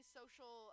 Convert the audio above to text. social